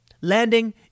landing